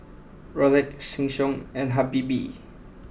Rolex Sheng Siong and Habibie